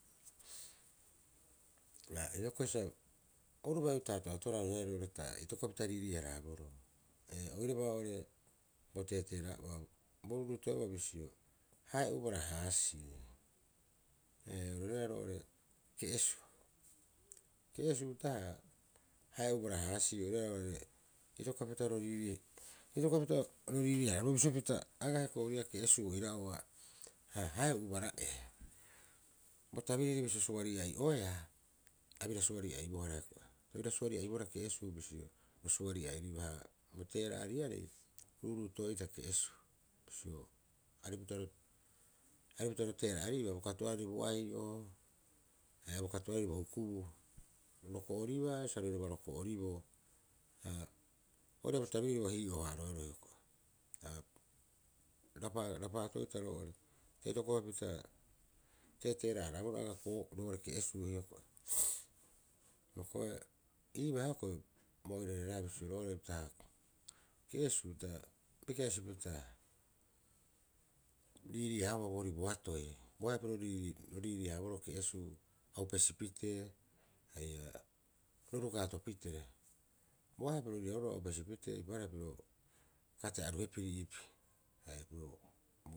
Hioko'i sa oru bai ato'atoraa roiraarei roo'ore ta itokopapita riirii- haraaboroo ee, oiraba oo'ree bo teeteeraa'oa o ruuruutoe'oa bisio, hae ubara- haasii, ee, roira roo'ore ke'esuu. Ke'esuu uta'aha hae ubara- haasiu itokopapita ro riirii- haraboro bisio pita agaa ko'i ori ii'aa ke'esuu oira'oa ha- hae ubara'ee. Bo tabiri bisio suri'ai oeea, a bira suari'ai- bohara- abira suari'ai- bohara ke'esuu bisio Ha bo teera'ariarei. ruuruutoe'ita ke'esuu, bisio aripupita- aripupita ro teera'aribaa bo kato'ooarei bo ai'o haia bo kato'ooarei bo hukubuu roko'oribaa sa roiraba roko'oriboo. Ha ori ii'aa bo tabiri ua hii'oo- haaroeroo hiokoi, ha rapa- rapaato'ita roo'ore ta itokopapita teetee ra'ahara- boroo agaa koo roo'ore ke'esuu hioko'i. Hioko'i iibaa hioko'i ua oirare raea bisio, roo'ore taa ke'esuu taa biki'asipita riirii- haabaa boorii boatoi. Boahe'a piro ro riirii- haaboroo ke'esuu aupesipitee haia ro rukaatopitee. Boahe'a piro ro riirii- haabaa au pesipite eipaareha uka ata'e aru- hepiri iipii haia piro.